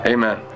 Amen